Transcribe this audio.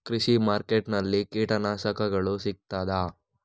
ಕೃಷಿಮಾರ್ಕೆಟ್ ನಲ್ಲಿ ಕೀಟನಾಶಕಗಳು ಸಿಗ್ತದಾ?